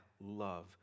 love